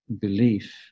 belief